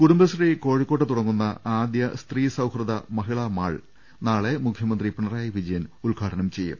കുടുംബശ്രീ കോഴിക്കോട്ട് തുടങ്ങുന്ന ആദ്യ സ്ത്രീസൌഹൃദ മഹിളാ മാൾ നാളെ മുഖ്യമന്ത്രി പിണറായി വിജയൻ ഉദ്ഘാടനം ചെയ്യും